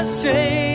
say